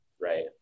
right